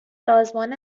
سازمان